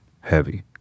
heavy